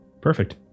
Perfect